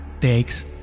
takes